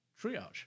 Triage